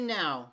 now